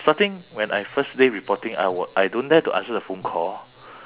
starting when I first day reporting I w~ I don't dare to answer the phone call